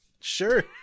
sure